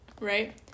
right